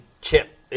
chip